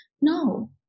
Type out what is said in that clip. No